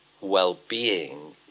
well-being